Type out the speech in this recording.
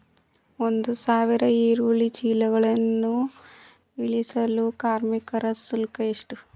ಒಂದು ಸಾವಿರ ಈರುಳ್ಳಿ ಚೀಲಗಳನ್ನು ಇಳಿಸಲು ಕಾರ್ಮಿಕರ ಶುಲ್ಕ ಎಷ್ಟು?